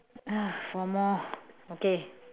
ah four more okay